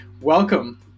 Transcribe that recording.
welcome